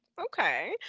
okay